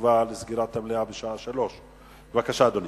שנקבע לסגירת המליאה, בשעה 15:00. בבקשה, אדוני.